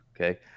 okay